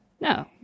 No